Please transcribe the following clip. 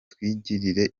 twigirire